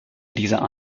dieser